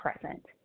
present